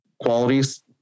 qualities